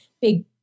big